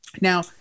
Now